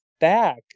back